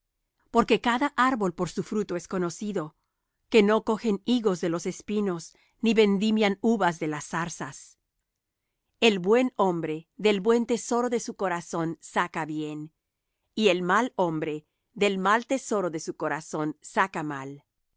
porque cada árbol por su fruto es conocido que no cogen higos de los espinos ni vendimian uvas de las zarzas el buen hombre del buen tesoro de su corazón saca bien y el mal hombre del mal tesoro de su corazón saca mal